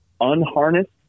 unharnessed